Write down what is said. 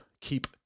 keep